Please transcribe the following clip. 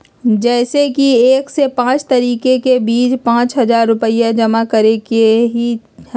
जैसे कि एक से पाँच तारीक के बीज में पाँच हजार रुपया जमा करेके ही हैई?